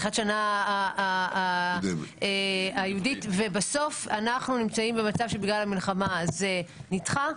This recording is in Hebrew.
בתחילת השנה היהודית ובסוף אנחנו נמצאים במצב שבגלל המלחמה זה נדחה,